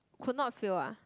could not fail ah